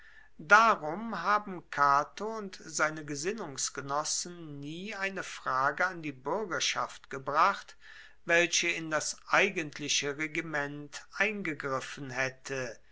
darum haben cato und seine gesinnungsgenossen nie eine frage an die buergerschaft gebracht welche in das eigentliche regiment eingegriffen haette